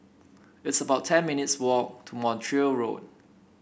it's about ten minutes' walk to Montreal Road